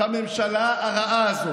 את הממשלה הרעה הזאת,